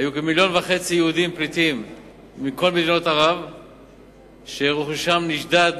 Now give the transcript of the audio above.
היו כמיליון וחצי יהודים פליטים מכל מדינות ערב שרכושם נשדד,